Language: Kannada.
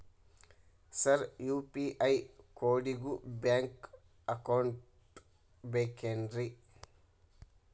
ಸರ್ ಯು.ಪಿ.ಐ ಕೋಡಿಗೂ ಬ್ಯಾಂಕ್ ಅಕೌಂಟ್ ಬೇಕೆನ್ರಿ?